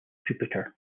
jupiter